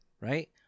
right